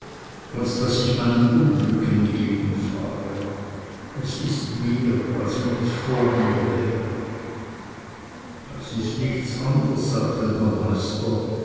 als daß ich meinem unglück entgegenfahre es ist mir als wenn es mir vor wäre das ist nichts anders sagte der meister